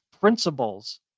principles